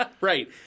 right